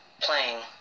playing